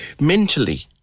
mentally